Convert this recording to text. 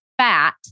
fat